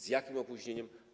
Z jakim opóźnieniem?